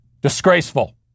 Disgraceful